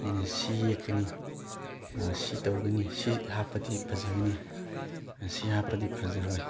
ꯑꯩꯅ ꯁꯤ ꯌꯦꯛꯀꯅꯤ ꯁꯤ ꯇꯧꯒꯅꯤ ꯁꯤ ꯍꯥꯞꯄꯗꯤ ꯐꯖꯒꯅꯤ ꯁꯤ ꯍꯥꯞꯄꯗꯤ ꯐꯖꯔꯣꯏ